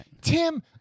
Tim